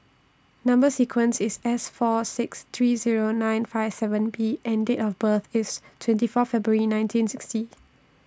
Number sequence IS S four six three Zero nine five seven B and Date of birth IS twenty four February nineteen sixty